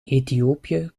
ethiopië